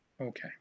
Okay